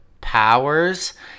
powers